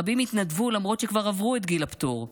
רבים התנדבו למרות שכבר עברו את גיל הפטור.